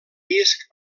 disc